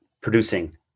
producing